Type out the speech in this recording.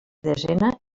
desena